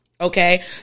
okay